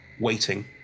waiting